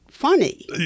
funny